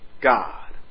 God